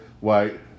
White